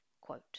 quote